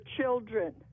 children